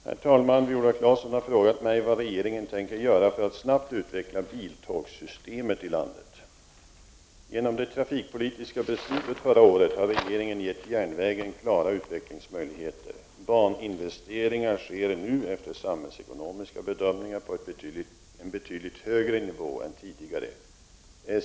Herr talman! Viola Claesson har frågat mig vad regeringen tänker göra för att snabbt utveckla biltågssystemet i landet. Genom det trafikpolitiska beslutet förra året har regeringen gett järnvägen klara utvecklingsmöjligheter. Baninvesteringar sker nu efter samhällsekonomiska bedömningar på en betydligt högre nivå än tidigare.